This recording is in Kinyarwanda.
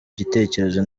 gitekerezo